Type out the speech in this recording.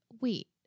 wait